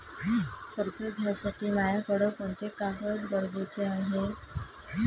कर्ज घ्यासाठी मायाकडं कोंते कागद गरजेचे हाय?